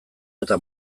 eta